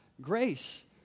grace